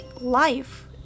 life